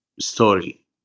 story